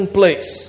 place